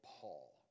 Paul